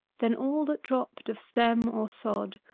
then all that dropped of stem or sod,